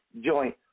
joint